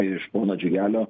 iš pono džiugelio